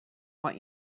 want